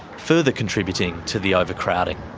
further contributing to the overcrowding.